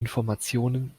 informationen